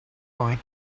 going